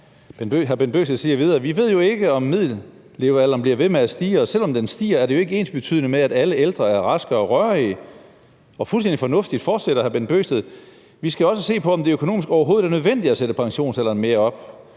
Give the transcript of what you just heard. Bent Bøgsted siger videre: Vi ved jo ikke, om middellevealderen bliver ved med at stige, og selv om den stiger, er det jo ikke ensbetydende med, at alle ældre er raske og rørige. Og fuldstændig fornuftigt fortsætter hr. Bent Bøgsted: Vi skal også se på, om det økonomisk overhovedet er nødvendigt at sætte pensionsalderen mere op;